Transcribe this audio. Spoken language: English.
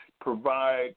provide